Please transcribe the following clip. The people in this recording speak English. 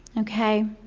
okay?